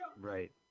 Right